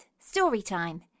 Storytime